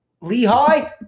Lehigh